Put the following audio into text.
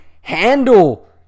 handle